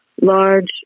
large